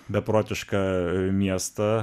beprotiška miestą